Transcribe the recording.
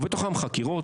ובתוכם חקירות,